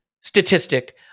statistic